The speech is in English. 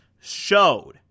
showed